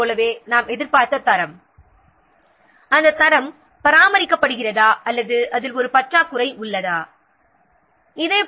அதில் தரத்தில் உள்ள குறைபாடுகள் என்ன நாம் எதிர்பார்த்த தரம் அந்த தரம் பராமரிக்கப்படுகிறதா அல்லது அதில் ஒரு பற்றாக்குறை உள்ளதா என கண்டறிய வேண்டும்